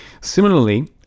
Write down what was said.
Similarly